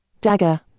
Dagger